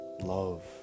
love